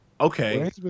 Okay